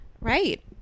right